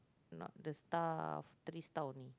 not the star of three star only